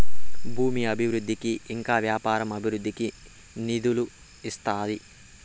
భూమి అభివృద్ధికి ఇంకా వ్యాపార అభివృద్ధికి నిధులు ఇస్తాది